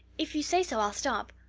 if you say so i'll stop.